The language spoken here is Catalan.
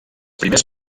primers